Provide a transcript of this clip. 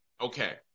Okay